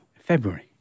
February